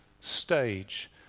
stage